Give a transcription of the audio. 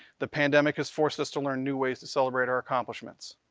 the pandemic has forced us to learn new ways to celebrate our accomplishments.